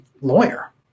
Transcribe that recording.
lawyer